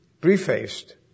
prefaced